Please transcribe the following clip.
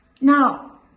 Now